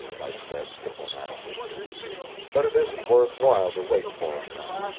i said diplomatically but it isn't worth while to wait for him, then.